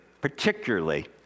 particularly